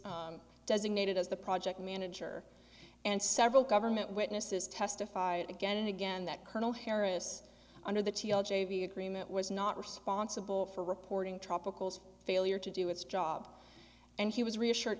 were designated as the project manager and several government witnesses testified again and again that colonel harris under the agreement was not responsible for reporting tropicals failure to do its job and he was reassured